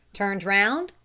turned round,